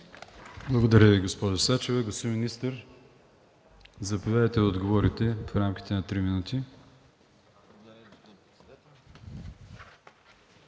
Благодаря Ви, госпожо Сачева. Господин Министър, заповядайте да отговорите в рамките на три минути.